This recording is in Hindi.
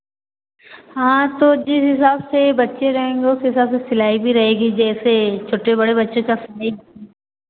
हाँ तो जिस हिसाब से बच्चे रहेंगे उस हिसाब से सिलाई भी रहेगी जैसे छोटे बड़े बच्चे का सिलाई